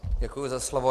Děkuji za slovo.